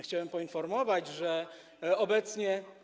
chciałem poinformować, że obecnie.